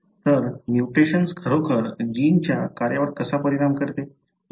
तर म्युटेशन्स खरोखर जीनच्या कार्यावर कसा परिणाम करते